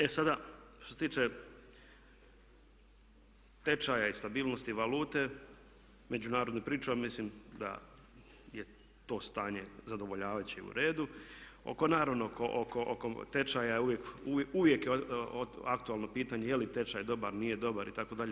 E sada što se tiče tečaja i stabilnosti valute, međunarodna pričuva, ja mislim da je to stanje zadovoljavajuće i u redu, oko, naravno oko tečaja je uvijek, uvijek je aktualno pitanje je li tečaj dobar, nije dobar itd.